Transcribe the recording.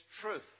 truth